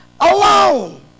alone